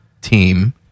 team